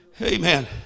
Amen